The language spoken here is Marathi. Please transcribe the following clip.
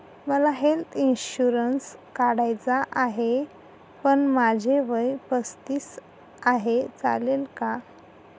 मला हेल्थ इन्शुरन्स काढायचा आहे पण माझे वय पस्तीस आहे, चालेल का?